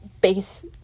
Base